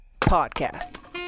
Podcast